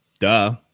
duh